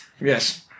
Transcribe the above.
Yes